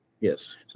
Yes